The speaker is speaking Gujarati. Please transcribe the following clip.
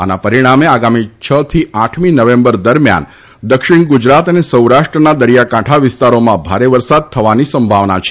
આના પરિણામે આગામી છથી આઠમી નવેમ્બર દરમિયાન દક્ષિણ ગુજરાત અને સૌરાષ્ટ્રના દરિયાકાંઠા વિસ્તારોમાં ભારે વરસાદ થવાની સંભાવના છે